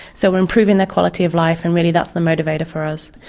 so we're improving their quality of life and really that's the motivator for us.